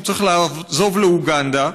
שהוא צריך לעזוב לאוגנדה.